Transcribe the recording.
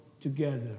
together